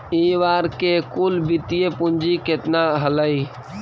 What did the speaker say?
इ बार के कुल वित्तीय पूंजी केतना हलइ?